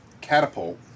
Catapult